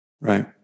Right